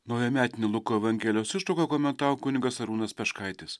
naujametinę luko evangelijos ištrauką komentavo kunigas arūnas peškaitis